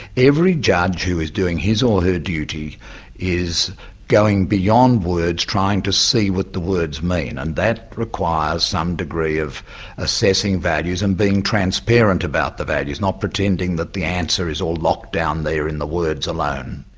every judge who is doing his or her duty is going beyond words, trying to see what the words mean, and that requires some degree of assessing values and being transparent about the values, not pretending that the answer is all locked down there in the words alone.